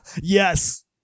Yes